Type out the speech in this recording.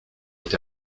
est